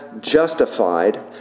justified